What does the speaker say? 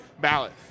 ballot